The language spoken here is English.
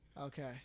Okay